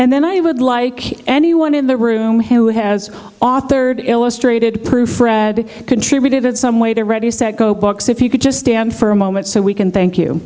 and then i would like anyone in the room who has authored illustrated proof read contributed some way they're ready set go books if you could just stand for a moment so we can thank you